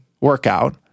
workout